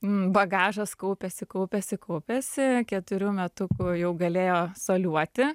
bagažas kaupiasi kaupiasi kaupiasi keturių metukų jau galėjo soliuoti